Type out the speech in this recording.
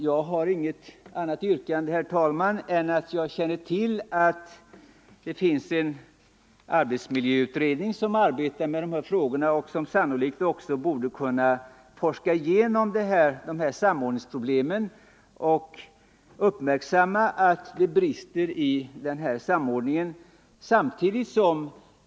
Jag har inget speciellt yrkande, herr talman, men jag känner till att det finns en arbetsmiljöutredning som arbetar med dessa frågor och som sannolikt också borde kunna gå igenom de här:samordningsproblemen och föreslå förbättringar när det gäller de brister som finns i samordningen.